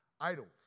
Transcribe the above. idols